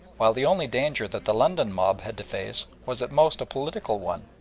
while the only danger that the london mob had to face was at most a political one,